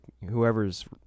whoever's